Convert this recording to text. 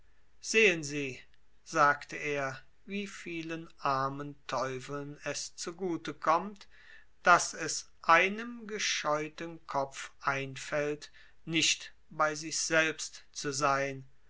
sehen sie sagte er wie vielen armen teufeln es zugute kommt daß es einem gescheuten kopf einfällt nicht bei sich selbst zu sein